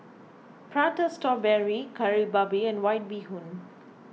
Prata Strawberry Kari Babi and White Bee Hoon